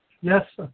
Yes